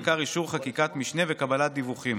בעיקר אישור חקיקת משנה וקבלת דיווחים.